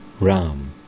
Ram